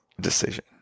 decision